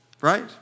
right